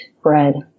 bread